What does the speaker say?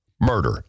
murder